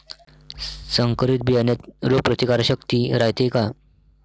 संकरित बियान्यात रोग प्रतिकारशक्ती रायते का?